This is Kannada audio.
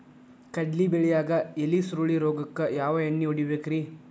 ಕಡ್ಲಿ ಬೆಳಿಯಾಗ ಎಲಿ ಸುರುಳಿ ರೋಗಕ್ಕ ಯಾವ ಎಣ್ಣಿ ಹೊಡಿಬೇಕ್ರೇ?